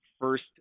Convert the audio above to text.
first